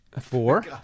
Four